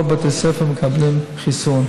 כל בתי הספר מקבלים חיסון.